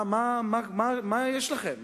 מה יש לכם?